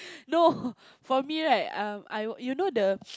no for me right um I I will you know the